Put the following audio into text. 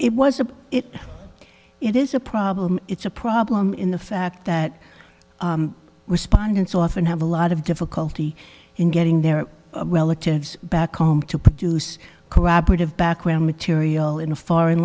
it was a it it is a problem it's a problem in the fact that respondents often have a lot of difficulty in getting their relatives back home to produce corroborative background material in a foreign